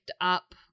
up